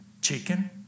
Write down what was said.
Chicken